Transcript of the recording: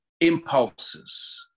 impulses